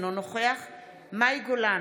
אינו נוכח מאי גולן,